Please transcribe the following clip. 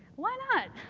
why not?